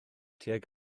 tuag